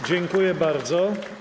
Dziękuję bardzo.